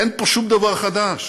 אין פה שום דבר חדש,